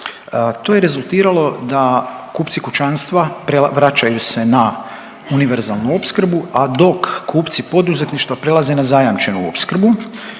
To je rezultiralo da kupci kućanstva vraćaju se na univerzalnu opskrbu, a dok kupci poduzetništva prelaze na zajamčenu opskrbu